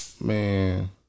Man